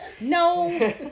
No